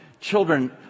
children